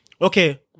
okay